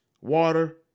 water